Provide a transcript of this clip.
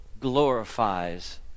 glorifies